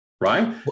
right